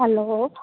hello